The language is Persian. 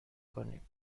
کنیم